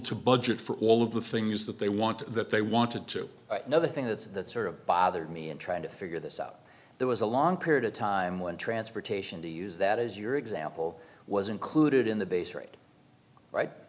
to budget for all of the things that they want that they wanted to another thing that that sort of bothered me in trying to figure this out there was a long period of time when transportation to use that as your example was included in the base rate right